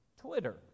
Twitter